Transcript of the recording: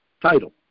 title